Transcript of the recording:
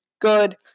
good